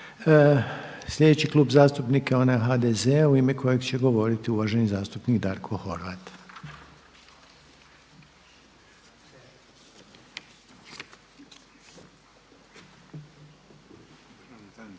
Sljedeći Klub zastupnika je onaj HDZ-a u ime kojega će govoriti uvaženi zastupnik Franjo Lucić.